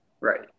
Right